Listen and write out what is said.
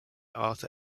arthur